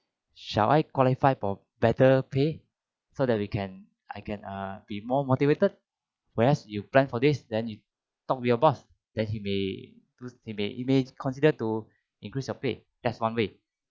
shall I qualify for better pay so that we can I can err be more motivated whereas you plan for this then you talk with your boss then he may prove to be you may consider to increase your pay that's one way